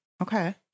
Okay